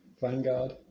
Vanguard